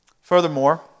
Furthermore